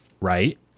right